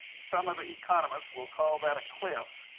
some of the economists will call that a cliff,